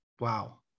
Wow